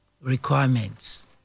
requirements